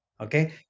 Okay